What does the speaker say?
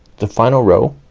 the final row,